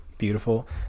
beautiful